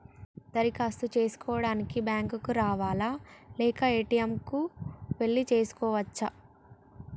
దరఖాస్తు చేసుకోవడానికి బ్యాంక్ కు రావాలా లేక ఏ.టి.ఎమ్ కు వెళ్లి చేసుకోవచ్చా?